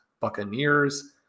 buccaneers